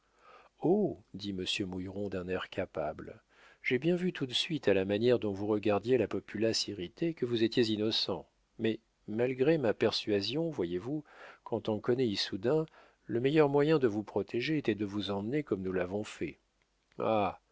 dit monsieur mouilleron d'un air capable j'ai bien vu tout de suite à la manière dont vous regardiez la populace irritée que vous étiez innocent mais malgré ma persuasion voyez-vous quand on connaît issoudun le meilleur moyen de vous protéger était de vous emmener comme nous l'avons fait